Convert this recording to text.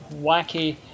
wacky